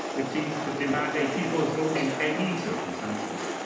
which seems to demand a people's vote in any circumstances,